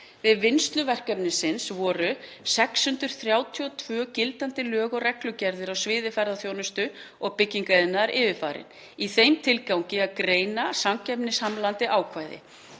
Við vinnslu verkefnisins voru 632 gildandi lög og reglugerðir á sviði ferðaþjónustu og byggingariðnaðar yfirfarin í þeim tilgangi að greina samkeppnishamlandi ákvæði.